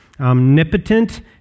omnipotent